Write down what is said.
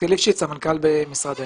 סמנכ"ל במשרד האנרגיה.